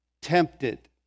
tempted